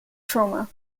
trauma